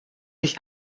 nicht